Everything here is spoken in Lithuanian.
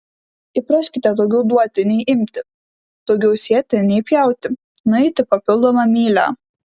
įpraskite daugiau duoti nei imti daugiau sėti nei pjauti nueiti papildomą mylią